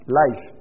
life